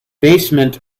basement